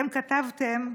אני כתבתי: